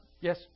Yes